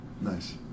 Nice